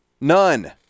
None